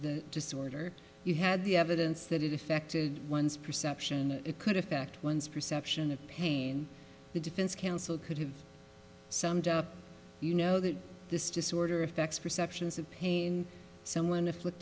this disorder you had the evidence that it affected one's perception it could affect one's perception of pain the defense counsel could have summed up you know that this disorder effects perceptions of pain someone